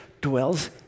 dwells